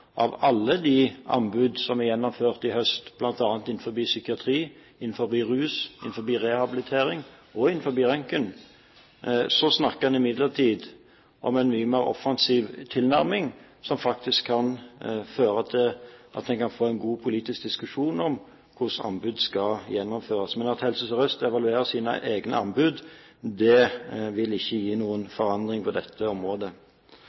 av alle de anbud som er gjennomført i høst, bl.a. innenfor psykiatri, rus, rehabilitering og røntgen, snakker en imidlertid om en mye mer offensiv tilnærming som faktisk kan føre til at en kan få en god politisk diskusjon om hvordan anbud skal gjennomføres. Men at Helse Sør-Øst evaluerer sine egne anbud, vil ikke gi noen forandring på dette området.